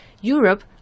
Europe